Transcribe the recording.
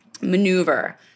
maneuver